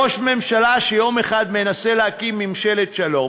ראש ממשלה שיום אחד מנסה להקים ממשלת שלום